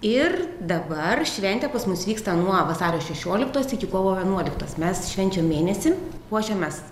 ir dabar šventė pas mus vyksta nuo vasario šešioliktos iki kovo vienuoliktos mes švenčiam mėnesį puošiamės